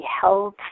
held